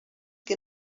que